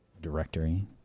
directory